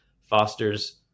fosters